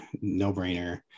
no-brainer